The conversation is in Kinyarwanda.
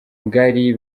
ngari